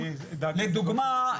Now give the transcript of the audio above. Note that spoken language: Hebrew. לדוגמה,